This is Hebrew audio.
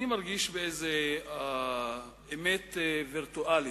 אני מרגיש באיזו אמת וירטואלית,